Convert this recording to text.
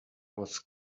was